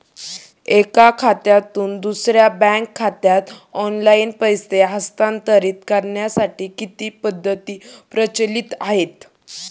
एका खात्यातून दुसऱ्या बँक खात्यात ऑनलाइन पैसे हस्तांतरित करण्यासाठी किती पद्धती प्रचलित आहेत?